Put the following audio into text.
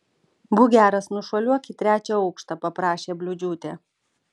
būk geras nušuoliuok į trečią aukštą paprašė bliūdžiūtė